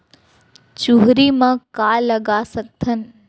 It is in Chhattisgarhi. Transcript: चुहरी म का लगा सकथन?